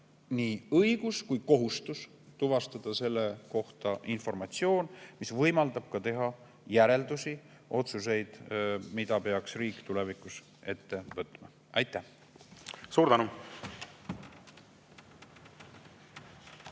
nii õigus kui ka kohustus tuvastada selle kohta informatsioon, mis võimaldab teha järeldusi ja otsuseid, mida peaks riik tulevikus ette võtma. Aitäh! … Ukraina